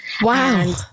Wow